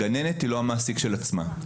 הגננת היא לא המעסיק של עצמה.